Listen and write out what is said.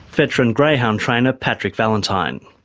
veteran greyhound trainer, patrick valentine.